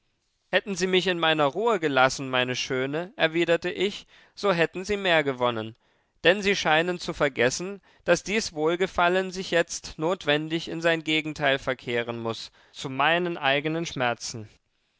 hätten sie mich in meiner ruhe gelassen meine schöne erwiderte ich so hätten sie mehr gewonnen denn sie scheinen zu vergessen daß dies wohlgefallen sich jetzt notwendig in sein gegenteil verkehren muß zu meinen eigenen schmerzen